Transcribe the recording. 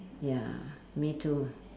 ya me too